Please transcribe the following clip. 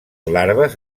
larves